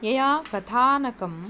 यया कथानकं